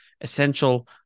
essential